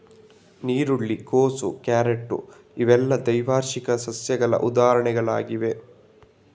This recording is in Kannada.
ನೀರುಳ್ಳಿ, ಕೋಸು, ಕ್ಯಾರೆಟ್ ಇವೆಲ್ಲ ದ್ವೈವಾರ್ಷಿಕ ಸಸ್ಯಗಳ ಉದಾಹರಣೆಗಳು ಆಗಿವೆ